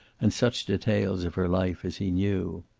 and such details of her life as he knew.